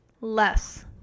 less